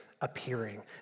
appearing